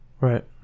Right